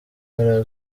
mpera